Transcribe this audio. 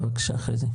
בבקשה, חזי.